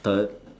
third